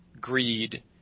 Greed